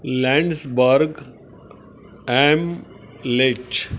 Landsberg am latch